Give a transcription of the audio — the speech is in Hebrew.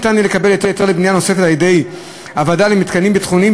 ניתן יהיה לקבל היתר לבנייה נוספת על-ידי הוועדה למתקנים ביטחוניים,